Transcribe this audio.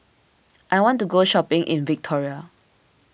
I want to go shopping in Victoria